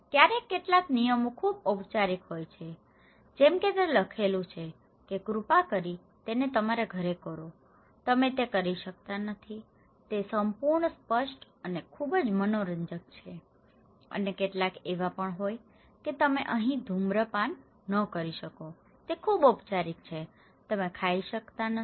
ક્યારેક કેટલાક નિયમો ખૂબ ઔપચારિક હોય છે જેમ કે તે લખેલું છે કે કૃપા કરીને તેને તમારા ઘરે કરો તમે તે કરી શકતા નથી તે સંપૂર્ણ સ્પષ્ટ અને ખૂબ જ મનોરંજક છે અને કેટલાક એવા પણ હોય છે કે તમે અહીં ધૂમ્રપાન ન કરી શકો તે ખૂબ ઔપચારિક છે તમે ખાઈ શકતા નથી